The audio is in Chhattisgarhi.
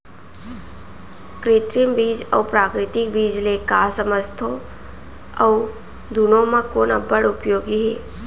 कृत्रिम बीज अऊ प्राकृतिक बीज ले का समझथो अऊ दुनो म कोन अब्बड़ उपयोगी हे?